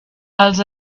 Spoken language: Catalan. els